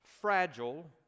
fragile